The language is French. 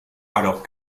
alors